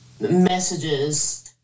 messages